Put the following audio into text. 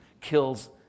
kills